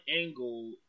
angle